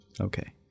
Okay